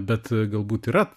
bet galbūt yra